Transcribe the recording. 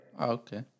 Okay